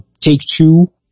Take-Two